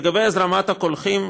לגבי הזרמת הקולחין,